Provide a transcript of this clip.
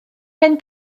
pen